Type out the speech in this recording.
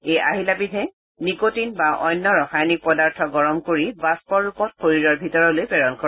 এই আহিলাবিধে নিকটিন বা অন্য ৰসায়নিক পদাৰ্থ গৰম কৰি বাম্পৰ ৰূপত শৰীৰৰ ভিতৰলৈ প্ৰেৰণ কৰে